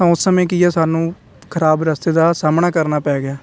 ਤਾਂ ਉਸ ਸਮੇਂ ਕੀ ਹੈ ਸਾਨੂੰ ਖਰਾਬ ਰਸਤੇ ਦਾ ਸਾਹਮਣਾ ਕਰਨਾ ਪੈ ਗਿਆ